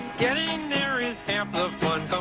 getting there is half